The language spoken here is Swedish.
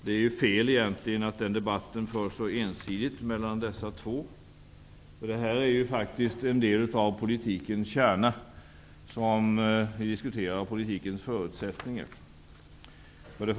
Det är egentligen fel att den debatten förs så ensidigt mellan dessa två, eftersom den gäller något av politikens kärna och förutsättningar.